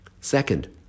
Second